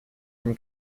from